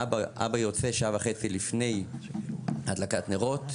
האבא יוצא שעה וחצי לפני הדלקת נרות,